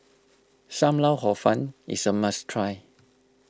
Sam Lau Hor Fun is a must try